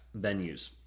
venues